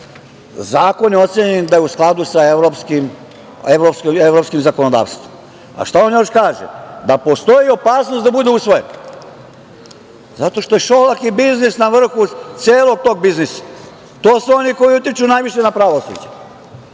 Zakon je ocenjen da je u skladu sa evropskim zakonodavstvom. Šta on još kaže? Kaže da postoji opasnost da bude usvojen, zato što je Šolak i biznis na vrhu celog tog biznisa i to su oni koji utiču najviše na pravosuđe. Da